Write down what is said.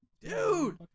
Dude